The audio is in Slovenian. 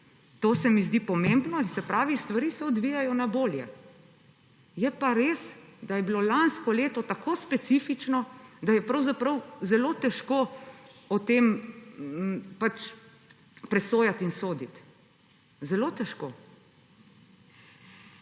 To se mi zdi pomembno. Se pravi, stvari se odvijajo na bolje. Je pa res, da je bilo lansko leto tako specifično, da je pravzaprav zelo težko o tem presojati in soditi, zelo težko.